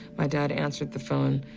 my dad answered the phone.